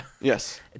Yes